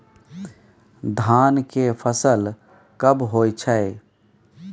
धान के फसल कब होय छै?